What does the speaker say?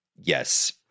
yes